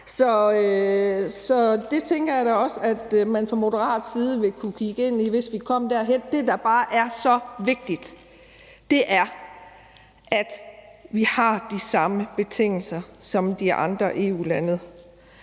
Så det tænker jeg da også at vi fra Moderaternes side vil kunne kigge ind i, hvis det kom derhen. Det, der bare er så vigtigt, er, at vi har de samme betingelser som de andre EU-lande.